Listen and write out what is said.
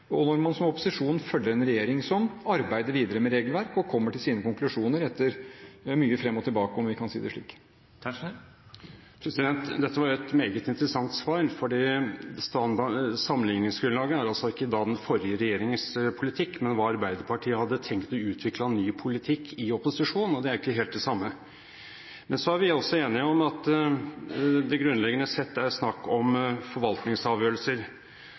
og når man som opposisjon følger en regjering som arbeider videre med regelverk og kommer til sine konklusjoner – etter mye fram og tilbake, om vi kan si det slik. Dette var et meget interessant svar, for sammenligningsgrunnlaget er altså ikke da den forrige regjeringens politikk, men hva Arbeiderpartiet hadde tenkt å utvikle av ny politikk i opposisjon. Det er ikke helt det samme. Men så er vi altså enige om at det grunnleggende sett er snakk om forvaltningsavgjørelser,